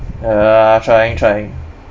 err trying trying